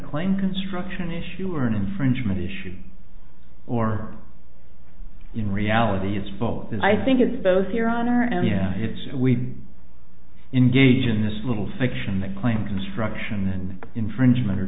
claim construction issue or an infringement issue or in reality it's both and i think it's both your honor and yeah it's we engage in this little fiction that claim construction and infringement